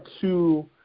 two